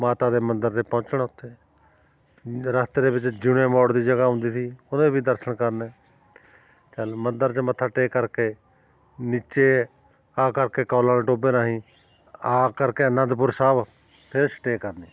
ਮਾਤਾ ਦੇ ਮੰਦਰ 'ਤੇ ਪਹੁੰਚਣਾ ਉੱਥੇ ਰਸਤੇ ਦੇ ਵਿੱਚ ਜਿਊਣੇ ਮੋੜ ਦੀ ਜਗ੍ਹਾ ਆਉਂਦੀ ਸੀ ਉਹਦੇ ਵੀ ਦਰਸ਼ਨ ਕਰਨੇ ਚਲ ਮੰਦਰ 'ਚ ਮੱਥਾ ਟੇਕ ਕਰਕੇ ਨੀਚੇ ਆ ਕਰਕੇ ਕੌਲਾਂ ਵਾਲੇ ਟੋਭੇ ਰਾਹੀਂ ਆ ਕਰਕੇ ਅਨੰਦਪੁਰ ਸਾਹਿਬ ਫਿਰ ਸਟੇਅ ਕਰਨੀ